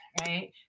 right